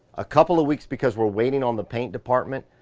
a couple of weeks, because we're waiting on the paint department,